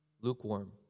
lukewarm